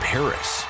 Paris